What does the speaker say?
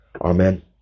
Amen